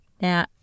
Now